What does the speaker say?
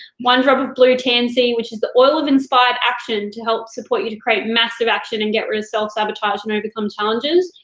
one drop of blue tansy, which is the oil of inspired action, to help support you to create massive action and get rid of self sabotage and overcome challenges.